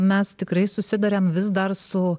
mes tikrai susiduriam vis dar su